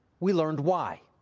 we learned why.